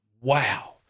wow